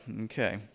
okay